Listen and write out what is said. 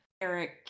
Eric